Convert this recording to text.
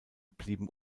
blieben